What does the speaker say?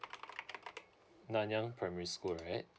nanyang primary school right